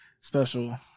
special